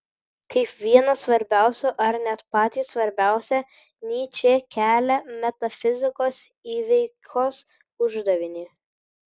kaip vieną svarbiausių ar net patį svarbiausią nyčė kelia metafizikos įveikos uždavinį